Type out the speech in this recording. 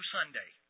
Sunday